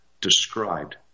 described